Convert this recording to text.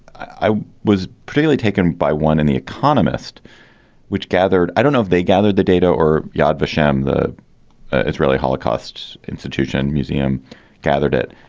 i was pretty taken by one in the economist which gathered i don't know if they gathered the data or yad vashem, the israeli holocaust institution museum gathered it.